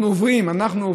אנחנו עוברים.